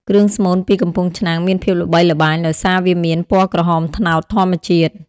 គ្រឿងស្មូនពីកំពង់ឆ្នាំងមានភាពល្បីល្បាញដោយសារវាមាន ពណ៌ក្រហមត្នោត ធម្មជាតិ។